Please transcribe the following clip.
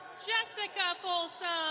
jessica fullsome.